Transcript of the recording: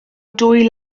dwy